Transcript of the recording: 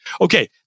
Okay